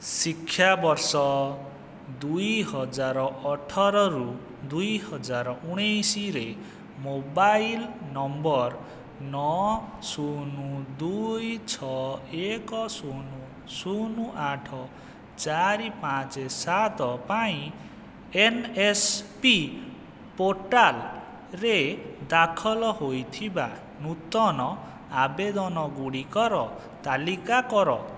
ଶିକ୍ଷାବର୍ଷ ଦୁଇହଜାରଅଠର ରୁ ଦୁଇହଜାରଉଣେଇଶିରେ ମୋବାଇଲ୍ ନମ୍ବର୍ ନଅ ଶୂନ ଦୁଇ ଛଅ ଏକ ଶୂନ ଶୂନ ଆଠ ଚାରି ପାଞ୍ଚେ ସାତ ପାଇଁ ଏନ୍ ଏସ୍ ପି ପୋର୍ଟାଲ୍ରେ ଦାଖଲ ହୋଇଥିବା ନୂତନ ଆବେଦନ ଗୁଡ଼ିକର ତାଲିକା କର